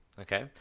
okay